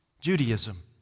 Judaism